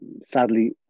sadly